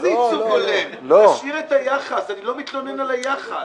אני לא מתלונן על היחס,